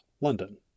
London